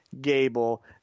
Gable